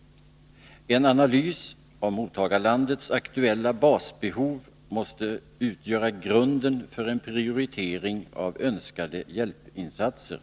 En analys av mottagarlandets aktuella basbehov måste utgöra grunden för en prioritering av önskade hjälpinsatser.